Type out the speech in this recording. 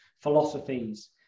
philosophies